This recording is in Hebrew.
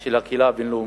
של הקהילה הבין-לאומית,